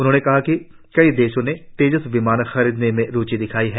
उन्होंने कहा कि कई देशों ने तेजस विमान खरीदने में रुचि दिखाई है